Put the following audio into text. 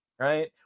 Right